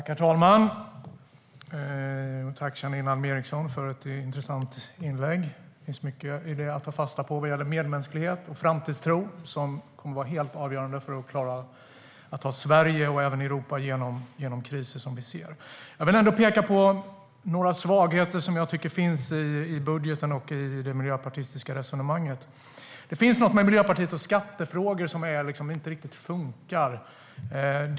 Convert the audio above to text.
Herr talman! Tack, Janine Alm Ericson, för ett intressant inlägg! Det finns mycket i det att ta fasta på vad gäller medmänsklighet och framtidstro, som kommer att vara helt avgörande för att klara att ta Sverige och även Europa genom kriser som vi ser. Jag vill ändå peka på några svagheter som jag tycker finns i budgeten och i det miljöpartistiska resonemanget. Det finns något med Miljöpartiet och skattefrågor som inte riktigt funkar.